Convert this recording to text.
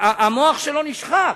המוח שלו נשחק.